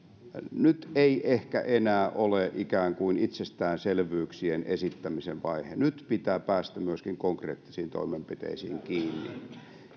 nyt ei ehkä enää ole ikään kuin itsestäänselvyyksien esittämisen vaihe nyt pitää päästä myöskin konkreettisiin toimenpiteisiin kiinni